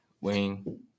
wing